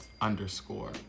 underscore